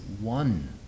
one